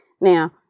Now